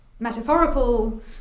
metaphorical